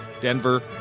Denver